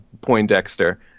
poindexter